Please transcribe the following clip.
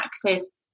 practice